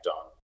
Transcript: on